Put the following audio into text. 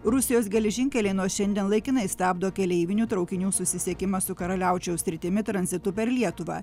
rusijos geležinkeliai nuo šiandien laikinai stabdo keleivinių traukinių susisiekimą su karaliaučiaus sritimi tranzitu per lietuvą